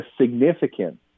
significant